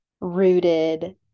rooted